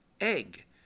egg